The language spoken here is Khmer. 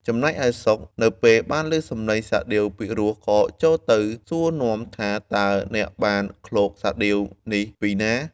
ចំណែកឯ សុខនៅពេលបានឮសំឡេងសាដៀវពីរោះក៏ចូលទៅសួរនាំថា “តើអ្នកបានឃ្លោកសាដៀវនេះពីណា?”។